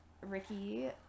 Ricky